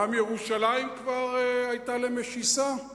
גם ירושלים כבר היתה למשיסה?